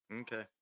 Okay